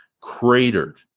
cratered